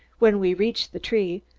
when we reached the tree,